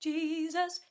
Jesus